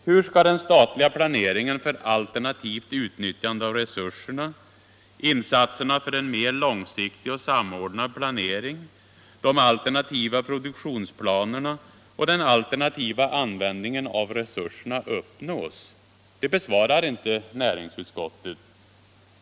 Hur skall den statliga planeringen för alternativt utnyttjande av resurserna, insatserna för en mer långsiktig och samordnad planering, de alternativa produktionsplanerna och den alternativa användningen av resurserna uppnås? Det besvarar inte näringsutskottet.